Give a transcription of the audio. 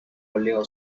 óleo